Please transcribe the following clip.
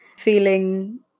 feeling